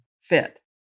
fit